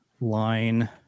line